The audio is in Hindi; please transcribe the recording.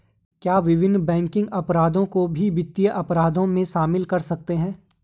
क्या विभिन्न बैंकिंग अपराधों को भी वित्तीय अपराधों में शामिल कर सकते हैं?